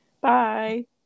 Bye